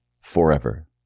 Forever